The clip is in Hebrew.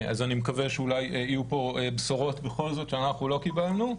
אני מקווה שאולי יהיו פה בשורות בכל זאת שאנחנו לא קיבלנו.